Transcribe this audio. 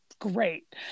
great